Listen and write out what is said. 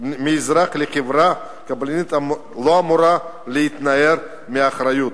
לחברה קבלנית לא אמורה להתנער מאחריות.